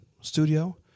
studio